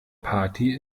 party